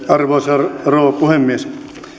arvoisa rouva puhemies